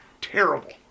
terrible